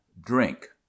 Drink